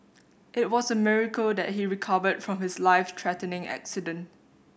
it was a miracle that he recovered from his life threatening accident